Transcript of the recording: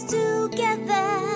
together